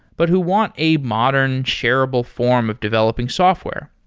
but who want a modern shareable form of developing software.